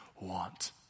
want